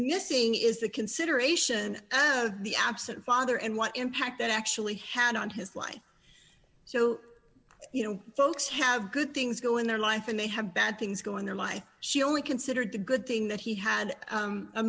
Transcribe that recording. missing is the consideration of the absent father and what impact that actually had on his life so you know folks have good things go in their life and they have bad things going their life she only considered the good thing that he had